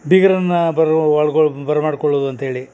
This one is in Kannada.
ಬೀಗರನ್ನ ಬರುವ ಒಳ್ಗೊಳ್ಗ ಬರ ಮಾಡ್ಕೊಳ್ಳೋದು ಅಂತ್ಹೇಳಿ